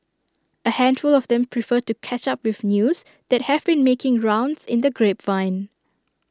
A handful of them prefer to catch up with news that have been making rounds in the grapevine